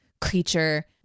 creature